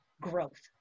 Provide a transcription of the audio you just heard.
growth